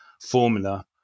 formula